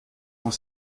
dans